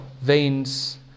veins